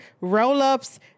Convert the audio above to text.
roll-ups